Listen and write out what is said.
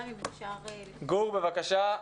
גור בבקשה.